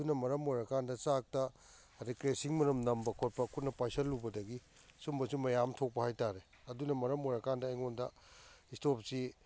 ꯑꯗꯨꯅ ꯃꯔꯝ ꯑꯣꯏꯔ ꯀꯥꯟꯗ ꯆꯥꯛꯇ ꯑꯗꯩ ꯀꯦꯔꯁꯤꯡ ꯃꯅꯝ ꯅꯝꯕ ꯈꯣꯠꯄ ꯈꯨꯠꯅ ꯄꯥꯏꯁꯤꯜꯂꯨꯕꯗꯒꯤ ꯁꯨꯝꯕꯁꯨ ꯃꯌꯥꯝ ꯑꯃ ꯊꯣꯛꯄ ꯍꯥꯏꯇꯔꯦ ꯑꯗꯨꯅ ꯃꯔꯝ ꯑꯣꯏꯔ ꯀꯥꯟꯗ ꯑꯩꯉꯣꯟꯗ ꯁ꯭ꯇꯣꯞꯁꯤ